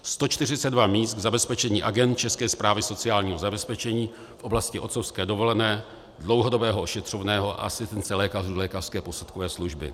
142 míst k zabezpečení agend České správy sociálního zabezpečení v oblasti otcovské dovolené, dlouhodobého ošetřovného, a sice lékařů lékařské posudkové služby.